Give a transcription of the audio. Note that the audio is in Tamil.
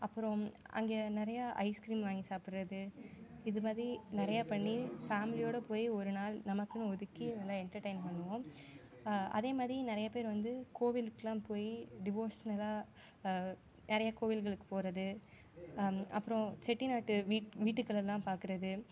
அப்புறம் அங்கே நிறையா ஐஸ்க்ரீம் வாங்கி சாப்பிட்றது இதுமாதிரி நிறையா பண்ணி ஃபேமிலியோடு போய் ஒருநாள் நமக்குனு ஒதுக்கி நல்லா எண்டர்டைன் பண்ணுவோம் அதேமாதிரி நிறையா பேர் வந்து கோவிலுக்கெலாம் போய் டிவோஷ்னலாக நிறைய கோவில்களுக்கு போவது அப்புறம் செட்டிநாட்டு வீட் வீட்டுக்களெல்லாம் பார்க்கறது